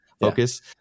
focus